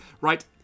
right